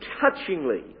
touchingly